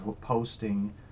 posting